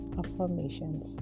affirmations